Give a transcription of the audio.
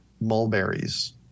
mulberries